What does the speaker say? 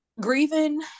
grieving